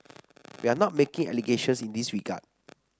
we are not making allegations in this regard